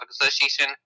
association